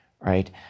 right